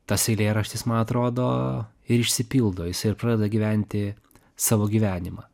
tas eilėraštis man atrodo ir išsipildo jisai ir pradeda gyventi savo gyvenimą